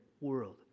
world